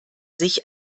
sich